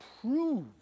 prove